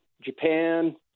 Japan